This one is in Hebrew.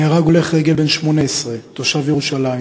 נהרג הולך רגל בן 18 תושב ירושלים